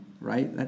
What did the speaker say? right